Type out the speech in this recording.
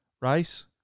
Rice